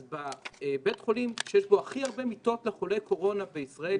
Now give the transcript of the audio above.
אז בבית חולים שיש בו הכי הרבה מיטות לחולי קורונה בישראל,